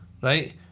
right